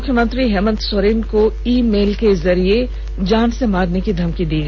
मुख्यमंत्री हेमंत सोरेन को email के जरिए जान से मारने की धमकी दी गयी है